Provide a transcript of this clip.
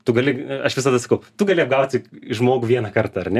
tu gali aš visada sakau tu gali gauti tik žmogui vieną kartą ar ne